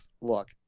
look